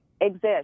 exist